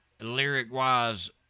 lyric-wise